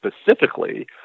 specifically